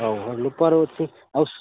ହଉ ଆଉ ରୂପାର ଅଛି ଆଉ